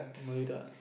Meridian